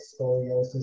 scoliosis